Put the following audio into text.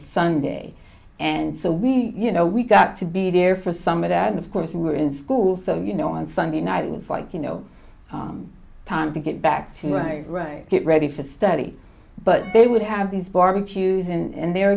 sunday and so we you know we got to be there for some of that and of course we were in school so you know on sunday night it was like you know time to get back to where i get ready for study but they would have these barbecues and there